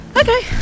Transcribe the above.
okay